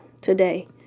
today